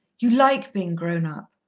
you like being grown-up?